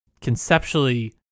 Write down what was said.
conceptually